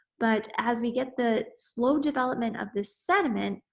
but, as we get the slow development of this sediment,